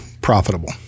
profitable